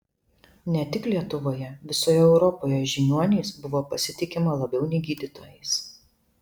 ne tik lietuvoje visoje europoje žiniuoniais buvo pasitikima labiau nei gydytojais